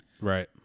Right